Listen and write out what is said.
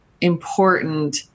important